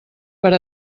per